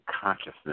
consciousness